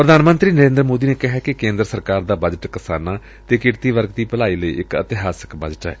ਪ੍ਰਧਾਨ ਮੰਤਰੀ ਨਰੇਦਰ ਮੋਦੀ ਨੇ ਕਿਹੈ ਕਿ ਕੇਦਰ ਸਰਕਾਰ ਦਾ ਬਜਟ ਕਿਸਾਨਾ ਅਤੇ ਕਿਰਤੀ ਵਰਗ ਦੀ ਭਲਾਈ ਲਈ ਇਕ ਇਤਿਹਾਸਕ ਬਜਟ ਏ